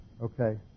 Okay